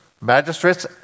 magistrates